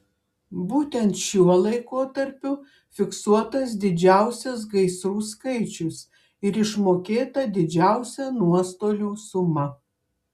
būtent šiuo laikotarpiu fiksuotas didžiausias gaisrų skaičius ir išmokėta didžiausia nuostolių suma